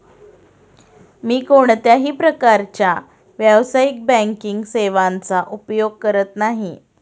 मी कोणत्याही प्रकारच्या व्यावसायिक बँकिंग सेवांचा उपयोग करत नाही